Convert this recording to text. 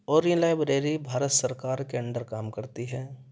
اور یہ لائبریری بھارت سرکار کے انڈر کام کرتی ہے